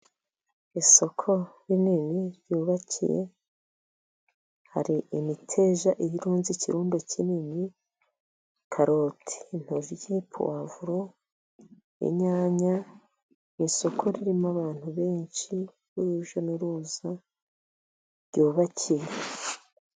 Isoko rinini ryubakiye, hari imiteja irunze ikirundo kinini, karoti, intoryi, puwavulo , inyanya. Ni isoko ririmo abantu benshi b'urujya n'uruza ryubakiye.